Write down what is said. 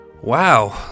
Wow